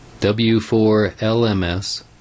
W4LMS